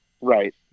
right